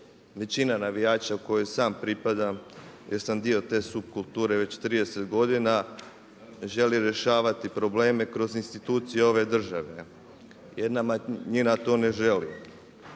Većina navijača u koju sam pripadam jer sam dio te subkulture već 30 godina želi rješavati probleme kroz institucije ove države. Jedna manjina to ne želi.